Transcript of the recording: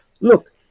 look